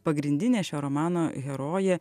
pagrindinė šio romano herojė